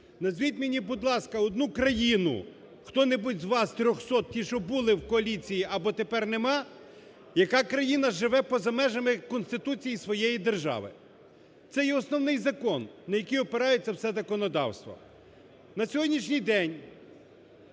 Назвіть мені, будь ласка, одну країну – хто-небудь з вас, трьохсот, ті, що були в коаліції або тепер нема – яка країна живе поза межами Конституції своєї держави? Це є Основний закон, на який опирається все законодавство. На сьогоднішній день